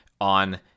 on